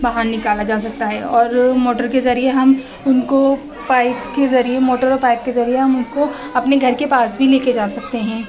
باہر نکالا جا سکتا ہے اور موٹر کے ذریعے ہم ان کو پائپس کے ذریعے موٹر اور پائپ کے ذریعے ہم اس کو اپنے گھر کے پاس بھی لے کے جا سکتے ہیں